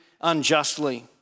unjustly